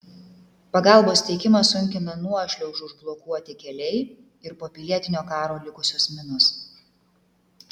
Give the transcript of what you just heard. pagalbos tiekimą sunkina nuošliaužų užblokuoti keliai ir po pilietinio karo likusios minos